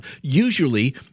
usually